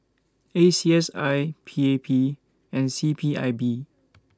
A C S I P A P and C P I B